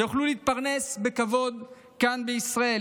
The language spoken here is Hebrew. ויוכלו להתפרנס בכבוד כאן בישראל,